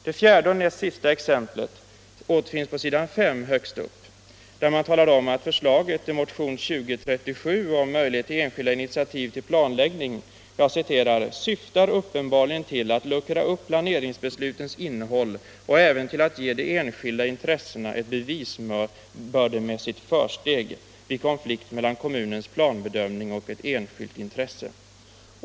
Det fjärde och näst sista exemplet återfinns högst upp på s. 5, där utskottet talar om att förslaget i motionen 2037 om möjlighet till enskilda initiativ till planläggning ”syftar uppenbarligen till att luckra upp planeringsbeslutens innehåll och även till att ge de enskilda intressena ett bevisbördemässigt försteg vid konflikt mellan kommunens planbedömning och ett enskilt intresse”.